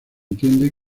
entiende